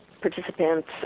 participants